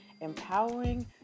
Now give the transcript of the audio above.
empowering